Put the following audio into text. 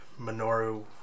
Minoru